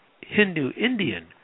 Hindu-Indian